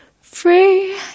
free